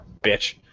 bitch